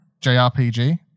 JRPG